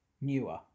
newer